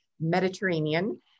Mediterranean